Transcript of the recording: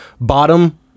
bottom